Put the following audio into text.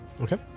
Okay